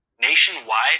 Nationwide